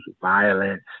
violence